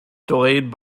delayed